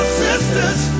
sisters